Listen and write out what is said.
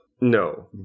no